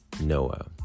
Noah